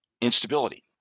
Instability